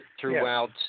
throughout